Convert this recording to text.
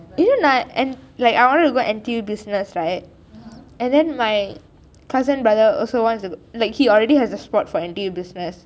you know நா N_T like I wanted to go N_T_U business right and then my cousin brother also wants to like he already has a spot for N_T_U business